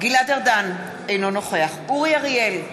גלעד ארדן, אינו נוכח אורי אריאל,